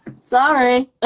sorry